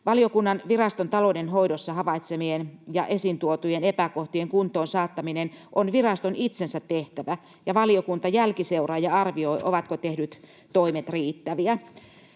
Valiokunnan viraston taloudenhoidossa havaitsemien ja esiin tuotujen epäkohtien kuntoon saattaminen on viraston itsensä tehtävä, ja valiokunta jälkiseuraa ja arvioi, ovatko tehdyt toimet riittäviä.